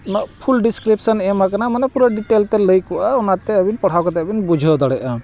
ᱩᱱᱟᱹᱜ full description ᱮᱢ ᱟᱠᱟᱱᱟ ᱢᱟᱱᱮ ᱯᱩᱨᱟᱹ ᱰᱤᱴᱮᱞ ᱛᱮ ᱞᱟᱹᱭ ᱠᱚᱜᱼᱟ ᱚᱱᱟᱛᱮ ᱟᱵᱤᱱ ᱯᱟᱲᱦᱟᱣ ᱠᱟᱛᱮ ᱵᱤᱱ ᱵᱩᱡᱷᱟᱹᱣ ᱫᱟᱲᱮᱭᱟᱜᱼᱟ